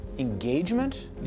Engagement